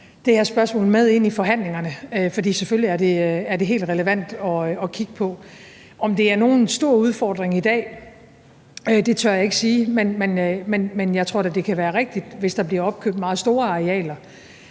det her spørgsmål med ind i forhandlingerne, for selvfølgelig er det helt relevant at kigge på. Om det er nogen stor udfordring i dag, tør jeg ikke sige, men jeg tror da, at det kan være rigtigt, at hvis der bliver opkøbt meget store arealer,